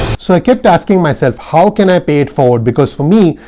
so i kept asking myself, how can i pay it forward? because for me,